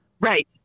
Right